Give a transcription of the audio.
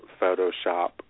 Photoshop